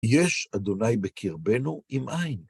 יש אדוני בקרבנו אם אין.